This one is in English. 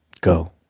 go